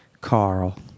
Carl